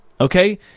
Okay